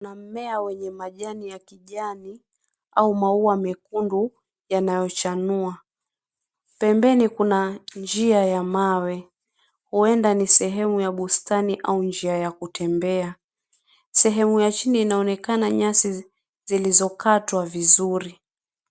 Mmea wenye majani ya kijani au maua mekundu yanayochanua, pembeni kuna njia ya mawe huenda ni sehemu ya bustani au njia ya kutembea, sehemu ya chini inaonekana nyasi zilizokatwa vizuri.